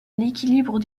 l’équilibre